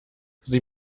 sie